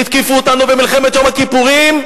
התקיפו אותנו במלחמת יום הכיפורים,